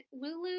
Lulu